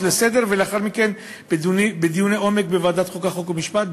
לסדר-היום ולאחר מכן בדיוני עומק בוועדת החוקה חוק ומשפט,